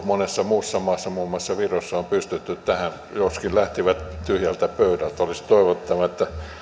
monessa muussa maassa muun muassa virossa on pystytty tähän joskin lähtivät tyhjältä pöydältä olisi toivottavaa että